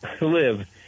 live